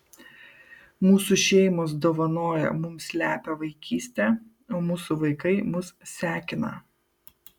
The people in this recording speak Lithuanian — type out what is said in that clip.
mūsų šeimos dovanojo mums lepią vaikystę o mūsų vaikai mus sekina